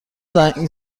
زنگ